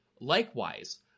Likewise